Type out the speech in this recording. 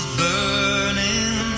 burning